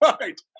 Right